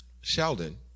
Sheldon